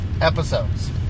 episodes